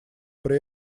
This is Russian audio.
при